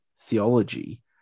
theology